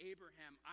Abraham